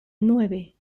nueve